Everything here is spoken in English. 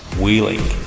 wheeling